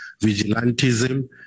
vigilantism